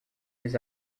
his